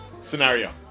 scenario